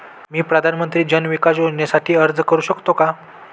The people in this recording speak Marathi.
मी प्रधानमंत्री जन विकास योजनेसाठी अर्ज करू शकतो का?